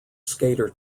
skater